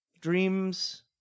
Dreams